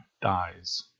dies